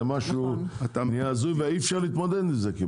זה משהו שנהיה הזוי, ואי אפשר להתמודד עם זה.